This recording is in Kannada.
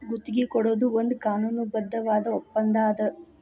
ಗುತ್ತಿಗಿ ಕೊಡೊದು ಒಂದ್ ಕಾನೂನುಬದ್ಧವಾದ ಒಪ್ಪಂದಾ ಅದ